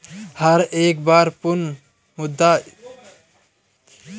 हर एक बार पुनः मुद्रा स्फीती में धन परिवर्तन किया जाता है